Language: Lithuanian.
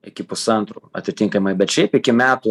iki pusantrų atitinkamai bet šiaip iki metų